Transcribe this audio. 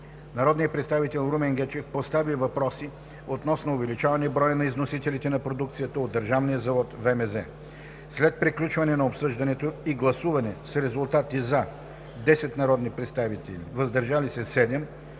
Народният представител Румен Гечев постави въпроси относно увеличаване броя на износителите на продукция от държавния завод – ВМЗ. След приключване на обсъждането и гласуване с резултати: „за“ – 10, без „против“ и 7 – „въздържал се“,